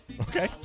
Okay